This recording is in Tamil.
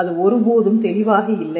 அது ஒரு போதும் தெளிவாக இல்லை